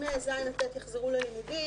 אם ז' עד ט' יחזרו ללימודים,